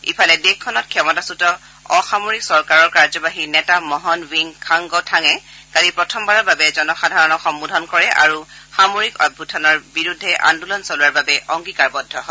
ইফালে দেশখনত ক্ষমতাচ্যূত অসামৰিক চৰকাৰৰ কাৰ্যবাহী নেতা মহন ৱিন খাংগ থাঙে কালি প্ৰথমবাৰৰ বাবে জনসাধাৰণ সম্বোধন কৰে আৰু সামৰিক অভ্যখানৰ বিৰুদ্ধে আন্দোলন চলোৱাৰ বাবে অংগীকাৰবদ্ধ হয়